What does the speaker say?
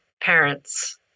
parents